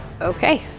Okay